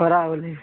ଖରା ହେଉଛି